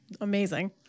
amazing